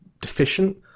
deficient